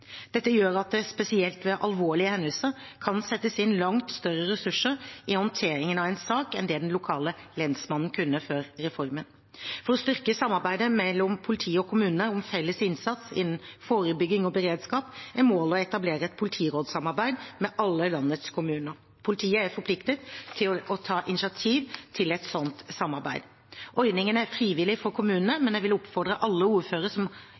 Dette gjør at det spesielt ved alvorlige hendelser kan settes inn langt større ressurser i håndteringen av en sak enn det den lokale lensmannen kunne før reformen. For å styrke samarbeidet mellom politiet og kommunene om felles innsats innen forebygging og beredskap er målet å etablere et politirådssamarbeid med alle landets kommuner. Politiet er forpliktet til å ta initiativ til et slikt samarbeid. Ordningen er frivillig for kommunene, men jeg vil oppfordre alle ordførere som